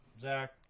Zach